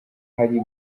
hari